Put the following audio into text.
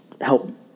help